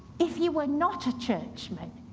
if you were not a churchman,